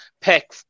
pick